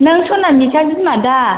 नों सनामिखा बिमा दा